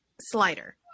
slider